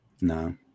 no